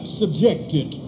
subjected